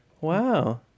Wow